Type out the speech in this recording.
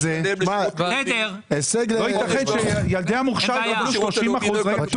לא ייתכן שילדי המוכש"ר יקבלו 30% מכל אחד אחר.